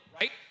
right